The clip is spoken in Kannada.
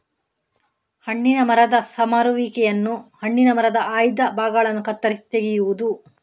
ಹಣ್ಣಿನ ಮರದ ಸಮರುವಿಕೆಯನ್ನು ಹಣ್ಣಿನ ಮರದ ಆಯ್ದ ಭಾಗಗಳನ್ನು ಕತ್ತರಿಸಿ ತೆಗೆಯುವುದು